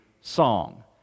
song